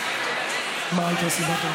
מה הייתה סיבת,